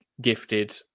gifted